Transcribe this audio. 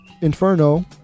Inferno